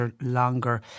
longer